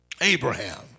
Abraham